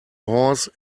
horse